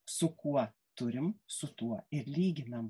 su kuo turim su tuo ir lyginam